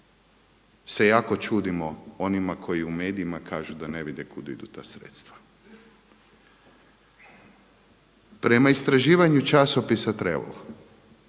se jako čudimo onima koji u medijima kažu da ne vide kud idu ta sredstva. Prema istraživanju časopisa